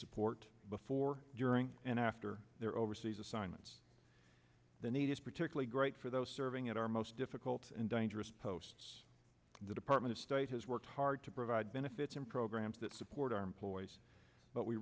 support before during and after their overseas assignments the need is particularly great for those serving at our most difficult and dangerous posts the department of state has worked hard to provide benefits and programs that support our employees but we